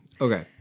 okay